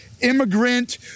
immigrant